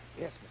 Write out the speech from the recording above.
Yes